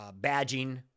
badging